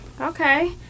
Okay